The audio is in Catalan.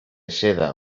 seda